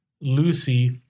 Lucy